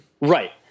Right